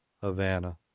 Havana